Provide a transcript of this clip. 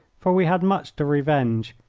for we had much to revenge,